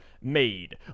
made